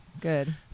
Good